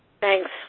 Thanks